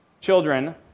children